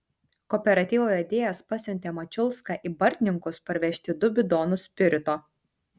kooperatyvo vedėjas pasiuntė mačiulską į bartninkus parvežti du bidonus spirito